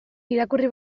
irakurri